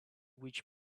which